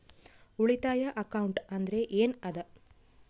ಉಳಿತಾಯ ಅಕೌಂಟ್ ಅಂದ್ರೆ ಏನ್ ಅದ?